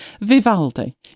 Vivaldi